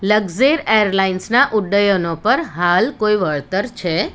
Luxair એરલાઈન્સનાં ઉડ્ડયનો પર હાલ કોઈ વળતર છે